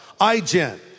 iGen